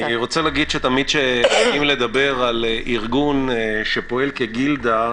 אני רוצה להגיד שתמיד כשצריכים לדבר על ארגון שפועל כגילדה,